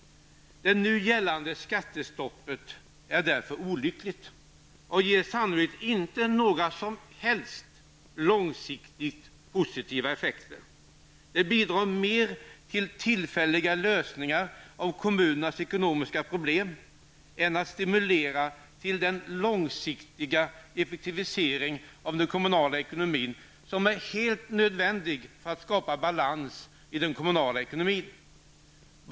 Det nu gällande skattestoppet är därför olyckligt och ger sannolikt inte några som helst långsiktigt positiva effekter. Det bidrar mer till tillfälliga lösningar av kommunernas ekonomiska problem än till att stimulera till den långsiktiga effektivisering som är helt nödvändig för att skapa balans i den kommunala ekonomin.